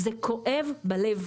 זה כואב בלב.